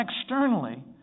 externally